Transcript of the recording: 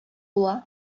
була